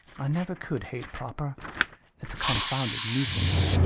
i never could hate proper it's a confounded nuisance.